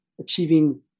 achieving